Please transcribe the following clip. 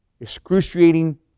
excruciating